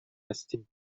هستیم